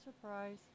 Surprise